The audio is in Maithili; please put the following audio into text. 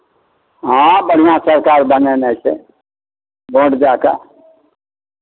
हँ बढ़िआँ सरकार बनेनाइ छै भोट दए कऽ